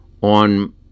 on